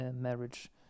marriage